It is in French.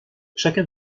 chacun